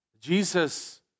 Jesus